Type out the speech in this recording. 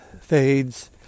fades